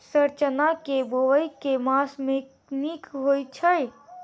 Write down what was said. Sir चना केँ बोवाई केँ मास मे नीक होइ छैय?